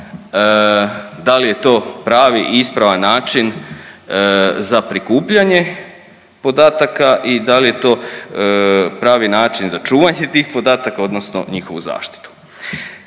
da li je to pravi i ispravan način za prikupljanje podataka i da li je to pravi način za čuvanje tih podataka odnosno njihovu zaštitu.